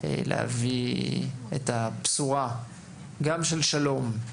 להביא את הבשורה גם של שלום,